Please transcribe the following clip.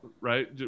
right